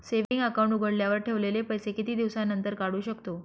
Saving account उघडल्यावर ठेवलेले पैसे किती दिवसानंतर काढू शकतो?